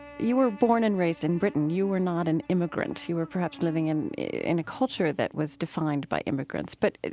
you were born and raised in britain. you were not an immigrant. you were perhaps living in in a culture that was defined by immigrants but,